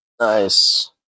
Nice